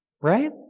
Right